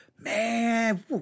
Man